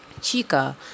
chica